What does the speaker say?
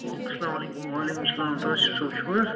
اَسَلام وعلیکُم وَعلیکُم سَلام توصیف صٲب چھِو حظ